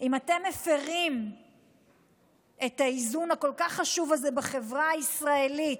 אם אתם מפירים את האיזון הכל-כך חשוב הזה בחברה הישראלית,